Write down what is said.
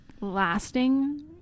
lasting